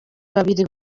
babiri